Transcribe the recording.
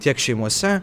tiek šeimose